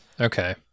okay